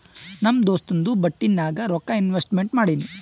ನಮ್ ದೋಸ್ತುಂದು ಬಟ್ಟಿ ನಾಗ್ ರೊಕ್ಕಾ ಇನ್ವೆಸ್ಟ್ಮೆಂಟ್ ಮಾಡಿನಿ